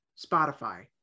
Spotify